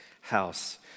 house